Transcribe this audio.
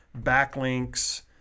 Backlinks